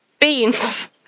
Beans